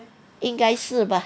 应该是吧